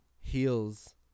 heals